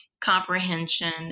comprehension